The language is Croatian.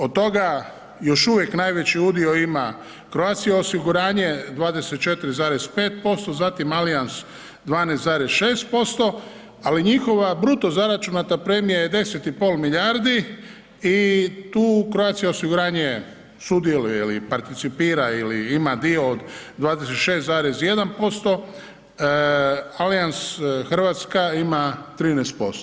Od toga još uvijek najveći udio ima Croatia osiguranje 24,5%, zatim Allianz 12,6%, ali njihova bruto zaračunata premija je 10,5 milijardi i tu Croatia osiguranje sudjeluje ili participira ili ima dio od 26,1%, Allianz Hrvatska ima 13%